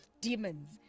demons